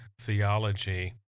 theology